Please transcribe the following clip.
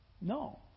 No